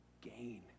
gain